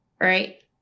Right